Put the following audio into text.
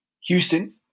Houston